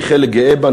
אני חלק גאה בה,